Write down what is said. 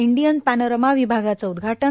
Indian panorama विभागाचं उदघाटन